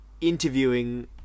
interviewing